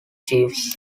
chiefs